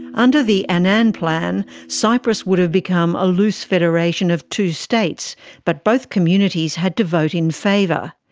under the annan plan, cyprus would have become a loose federation of two states, but both communities had to vote in favour.